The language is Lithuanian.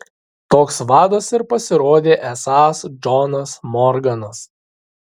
toks vadas ir pasirodė esąs džonas morganas